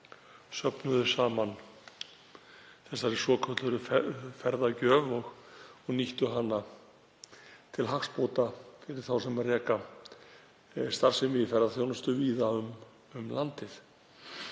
söfnuðu saman þessari svokölluðu ferðagjöf og nýttu hana og til hagsbóta fyrir þá sem reka starfsemi í ferðaþjónustu víða um landið.